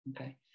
Okay